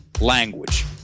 Language